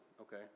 Okay